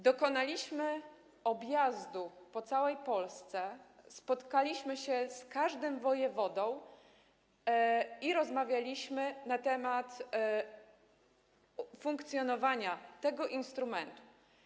Dokonaliśmy objazdu po całej Polsce, spotkaliśmy się z każdym wojewodą i rozmawialiśmy na temat funkcjonowania tego instrumentu.